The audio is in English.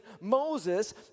Moses